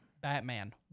Batman